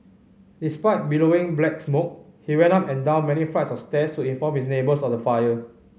despite billowing black smoke he went up and down many flights of stairs to inform his neighbours of the fire